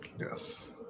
Yes